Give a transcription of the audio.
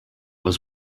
was